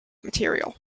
material